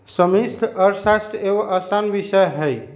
समष्टि अर्थशास्त्र एगो असान विषय हइ